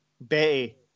Betty